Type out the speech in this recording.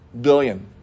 Billion